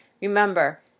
Remember